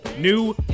new